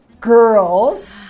girls